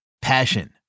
Passion